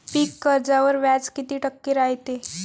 पीक कर्जावर व्याज किती टक्के रायते?